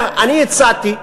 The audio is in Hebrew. הצעתי,